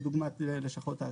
כדוגמת לשכות האשראי.